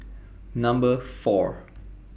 Number four